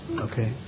Okay